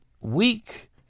weak